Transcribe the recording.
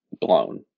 blown